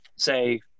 say